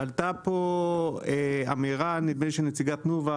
עלתה אמירה של נציגי תנובה,